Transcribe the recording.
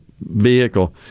vehicle